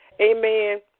amen